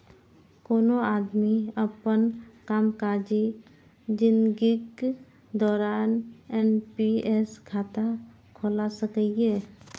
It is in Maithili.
कोनो आदमी अपन कामकाजी जिनगीक दौरान एन.पी.एस खाता खोला सकैए